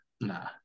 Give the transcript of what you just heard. nah